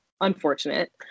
unfortunate